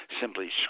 simply